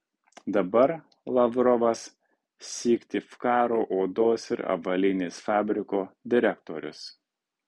dabar lavrovas syktyvkaro odos ir avalynės fabriko direktorius